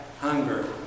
hunger